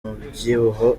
umubyibuho